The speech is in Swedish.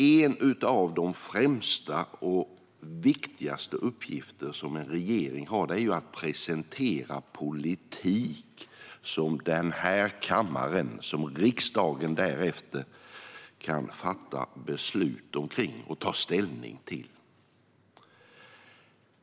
En av de främsta och viktigaste är att presentera politik som den här kammaren, riksdagen, därefter kan ta ställning till och fatta beslut om.